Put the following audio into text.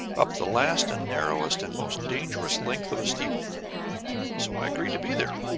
up the last and narrowest and most dangerous length of a steeple so i agreed to be there.